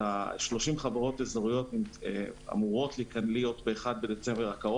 30 חברות אזוריות אמורות להיות בתאריך זה.